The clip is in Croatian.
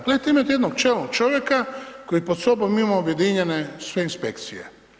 Gledajte imate jednog čelnog čovjeka, koji pred sobom ima objedinjene sve inspekcije.